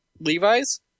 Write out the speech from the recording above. Levi's